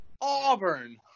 Auburn